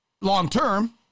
long-term